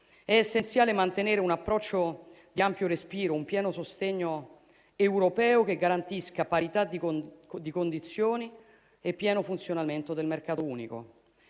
È essenziale mantenere un approccio di ampio respiro e un pieno sostegno europeo che garantiscano parità di condizioni e pieno funzionamento del mercato unico.